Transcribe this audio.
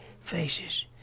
faces